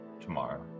tomorrow